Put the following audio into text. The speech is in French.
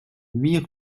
huit